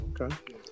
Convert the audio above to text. Okay